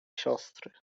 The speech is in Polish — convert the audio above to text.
siostry